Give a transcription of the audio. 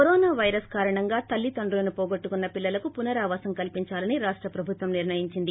corona virus మహమ్మారి కారణంగా తల్లిదండ్రులను పోగొట్టుకున్న పిల్లలకు పునరావాసం కల్పించాలని రాష్ట ప్రభుత్వం నిర్ణయించింది